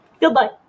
Goodbye